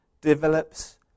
Develops